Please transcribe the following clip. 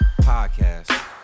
podcast